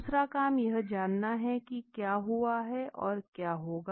दूसरा काम यह जानना है की क्या हुआ और क्या होगा